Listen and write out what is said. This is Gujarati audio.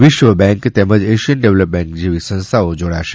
વિશ્વ બેન્ક તેમજ એશિયન ડેવલપમન્ટ બેન્ક જેવી સંસ્થાઓ જોડાશે